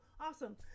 Awesome